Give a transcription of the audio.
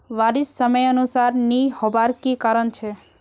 बारिश समयानुसार नी होबार की कारण छे?